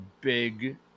big